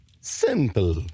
simple